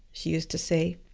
she used to say.